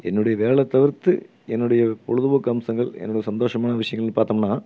என்னுடைய வேலை தவிர்த்து என்னுடைய பொழுதுபோக்கு அம்சங்கள் என்னோட சந்தோஷமான விஷயங்கள் பார்த்தம்னா